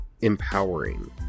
empowering